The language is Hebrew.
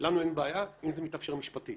לנו אין בעיה אם זה מתאפשר משפטית.